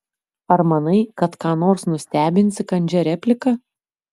ar manai kad ką nors nustebinsi kandžia replika